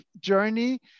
journey